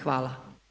Hvala.